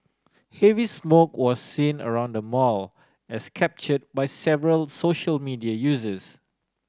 heavy smoke was seen around the mall as captured by several social media users